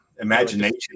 imagination